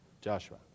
Joshua